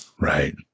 Right